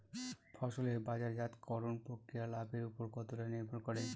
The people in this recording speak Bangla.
ফসলের বাজারজাত করণ প্রক্রিয়া লাভের উপর কতটা নির্ভর করে?